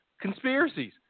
conspiracies